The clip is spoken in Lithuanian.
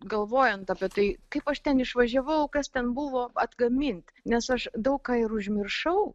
galvojant apie tai kaip aš ten išvažiavau kas ten buvo atgamint nes aš daug ką ir užmiršau